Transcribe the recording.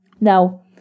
Now